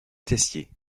tessier